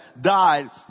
died